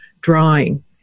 drawing